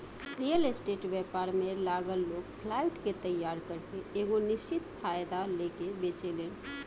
real estate व्यापार में लागल लोग फ्लाइट के तइयार करके एगो निश्चित फायदा लेके बेचेलेन